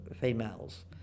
females